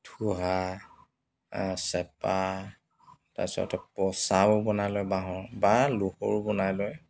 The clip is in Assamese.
থোহা চেপা তাৰপিছত পঁচাও বনাই লয় বাঁহৰ বা লোহৰো বনাই লয়